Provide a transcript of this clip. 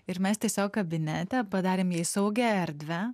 ir mes tiesiog kabinete padarėm jai saugią erdvę